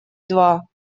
два